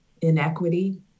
inequity